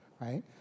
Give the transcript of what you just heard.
right